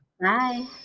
Bye